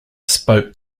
spoke